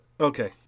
Okay